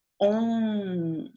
On